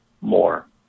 more